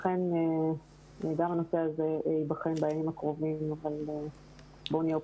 לכן גם הנושא הזה ייבחן בימים הקרובים אבל בואו נהיה אופטימיים.